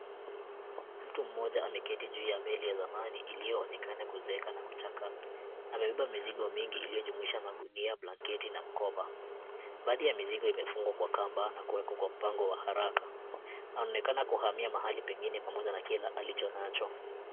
Mtu mmoja ameketi juu ya meli ya zamani, iliyoonekana kuzeeka na kuchakaa. Amebeba mizigo mingi iliyojumuisha magunia, blanketi, na mkoba. Baadhi ya mizigo imefungwa kwa kamba, na kuwekwa kwa mpango wa haraka. Ameonekana kuhamia mahali pengine, pamoja na kila alicho nacho.